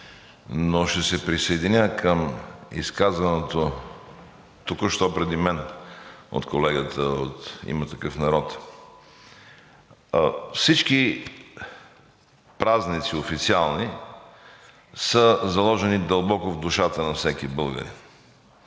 но ще се присъединя към изказаното току-що преди мен от колегата от „Има такъв народ". Всички официални празници са заложени дълбоко в душата на всеки българин.